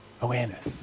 Awareness